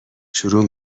شروع